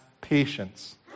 patience